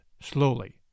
slowly